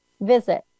visit